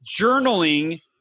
journaling